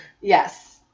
Yes